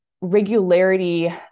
regularity